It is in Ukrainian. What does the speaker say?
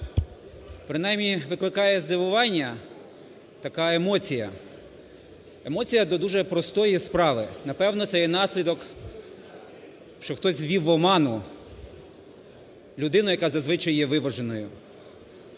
Принаймні викликає здивування така емоція. Емоція до дуже простої справи, напевно, це є наслідок, що хтось увів в оману людину, яка зазвичай є виваженою.